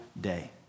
day